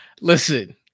Listen